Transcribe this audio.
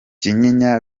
kinyinya